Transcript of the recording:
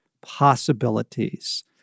possibilities